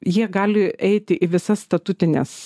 jie gali eiti į visas statutines